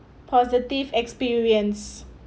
positive experience